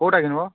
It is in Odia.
କେଉଁଟା କିଣ୍ବ